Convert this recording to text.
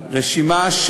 עד גיל 70 בהסכמה,